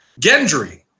Gendry